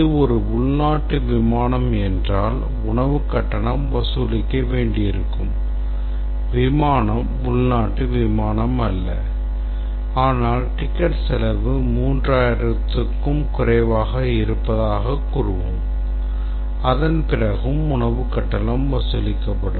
இது ஒரு உள்நாட்டு விமானம் என்றால் உணவு கட்டணம் வசூலிக்க வேண்டியிருக்கும் விமானம் உள்நாட்டு அல்ல ஆனால் டிக்கெட் செலவு 3000 க்கும் குறைவாகக் இருப்பதாக கூறுவோம் அதன்பிறகும் உணவு கட்டணம் வசூலிக்கப்படும்